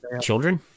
children